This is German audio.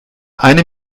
eine